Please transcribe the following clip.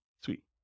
Sweet